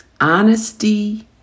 Honesty